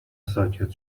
ساکت